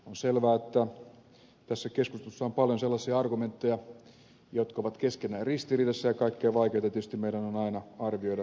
on selvää että tässä keskustelussa on paljon sellaisia argumentteja jotka ovat keskenään ristiriidassa ja kaikkein vaikeinta tietysti meidän on aina arvioida tulevaisuutta